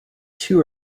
two